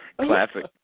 Classic